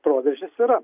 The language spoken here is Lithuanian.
proveržis yra